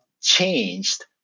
changed